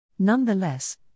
Nonetheless